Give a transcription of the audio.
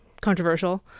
controversial